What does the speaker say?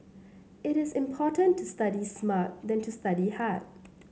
it is more important to study smart than to study hard